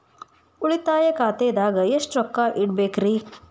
ಉಳಿತಾಯ ಖಾತೆದಾಗ ಎಷ್ಟ ರೊಕ್ಕ ಇಡಬೇಕ್ರಿ?